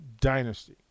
dynasty